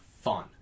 fun